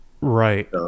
Right